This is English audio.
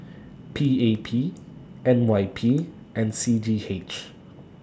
PAP NYP and CGH